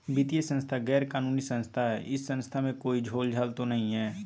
वित्तीय संस्था गैर कानूनी संस्था है इस संस्था में कोई झोलझाल तो नहीं है?